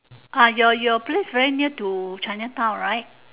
ah your your place very near to chinatown right